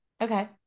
okay